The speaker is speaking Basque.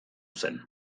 zen